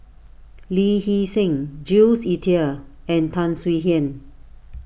Lee Hee Seng Jules Itier and Tan Swie Hian